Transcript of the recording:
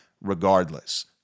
regardless